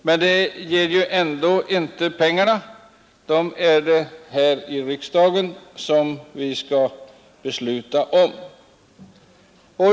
Men det ger ju ändå inga pengar; dem skall vi besluta om här i riksdagen.